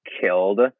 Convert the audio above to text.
killed